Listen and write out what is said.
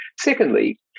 Secondly